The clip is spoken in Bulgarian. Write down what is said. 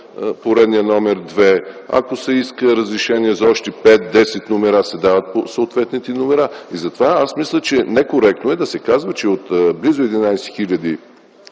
поредния № 2. Ако се иска разрешение за още пет, десет номера, се дават съответните номера. Затова аз мисля, че е некоректно да се казва, че от близо 11